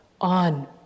on